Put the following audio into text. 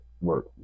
work